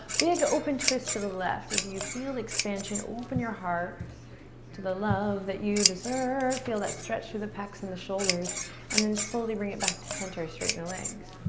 big open twist to the left. as you feel the expansion, open your heart to the love that you deserve feel that stretch through the pecs and the shoulders and then slowly bring it back to center, straighten the legs.